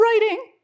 writing